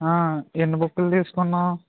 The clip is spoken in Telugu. ఎన్ని బుక్కులు తీసుకున్నావు